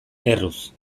erruz